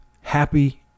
happy